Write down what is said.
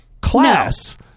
class